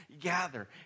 gather